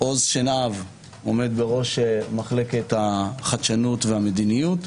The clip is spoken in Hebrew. עוז שנהב עומד בראש מחלקת החדשנות והמדיניות,